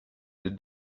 did